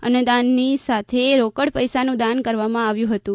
અન્નદાનની સાથે રોકડ પૈસાનું દાન કરવામાં આવ્યું હતું